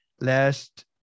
last